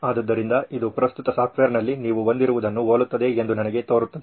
ಆದ್ದರಿಂದ ಇದು ಪ್ರಸ್ತುತ ಸಾಫ್ಟ್ವೇರ್ನಲ್ಲಿ ನೀವು ಹೊಂದಿರುವುದನ್ನು ಹೋಲುತ್ತದೆ ಎಂದು ನನಗೆ ತೋರುತ್ತದೆ